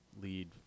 lead